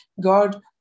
God